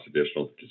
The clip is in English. additional